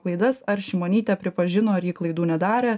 klaidas ar šimonytė pripažino ar ji klaidų nedarė